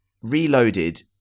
Reloaded